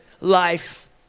life